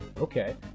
okay